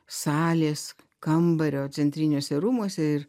salės kambario centriniuose rūmuose ir